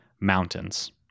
mountains